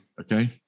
Okay